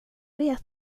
vet